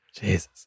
Jesus